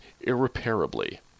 irreparably